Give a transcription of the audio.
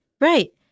Right